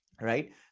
right